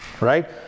Right